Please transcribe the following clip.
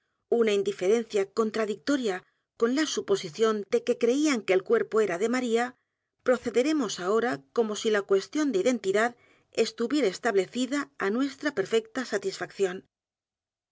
una indiferencia contradictoria con la suposición de que creían que el cuerpo era de maría procederemos ahora como si la cuestión de identidad estuviera establecida á nuestra perfecta satisfacción